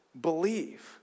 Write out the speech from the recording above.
believe